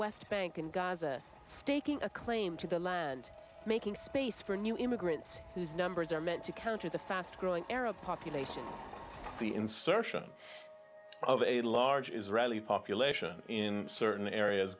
west bank and gaza staking a claim to the land making space for new immigrants whose numbers are meant to counter the fast growing arab population the insertion of a large israeli population in certain areas